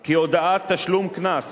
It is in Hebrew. כי הודעת תשלום קנס